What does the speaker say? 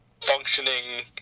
functioning